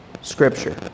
scripture